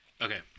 Okay